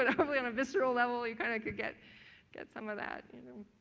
and probably on a visceral level you kind of could get get some of that you know?